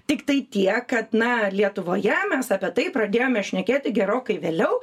tiktai tiek kad na lietuvoje mes apie tai pradėjome šnekėti gerokai vėliau